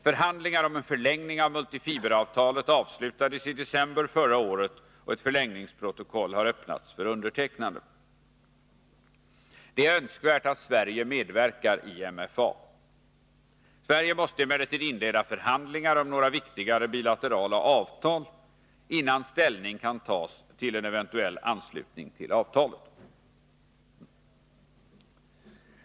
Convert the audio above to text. Förhandlingar om en förlängning av multifiberavtalet avslutades i december förra året, och ett förlängningsprotokoll har öppnats för undertecknande. Det är önskvärt att Sverige medverkar i MFA. Sverige måste emellertid inleda förhandlingar om några viktigare bilaterala avtal innan ställning kan tas till en eventuell anslutning till avtalet.